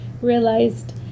realized